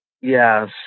Yes